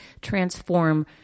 transform